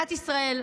מדינת ישראל,